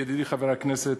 ידידי חבר הכנסת